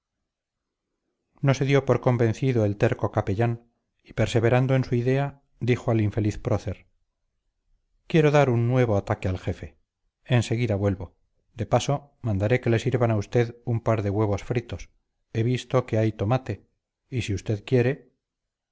no se dio por convencido el terco capellán y perseverando en su idea dijo al infeliz prócer quiero dar un nuevo ataque al jefe en seguida vuelvo de paso mandaré que le sirvan a usted un par de huevos fritos he visto que hay tomate y si usted quiere